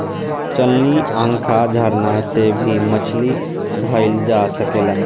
चलनी, आँखा, झरना से भी मछली धइल जा सकेला